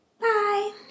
Bye